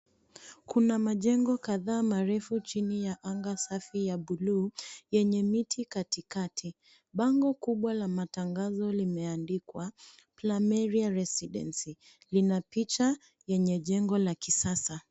Kuna majengo kadhaa marefu chini ya anga safi ya bluu yenye miti katikati. Bango kubwa la matangazo limeandikwa Plameria residency, lina picha yenye jengo la kisasa.